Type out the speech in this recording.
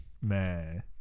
Man